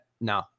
no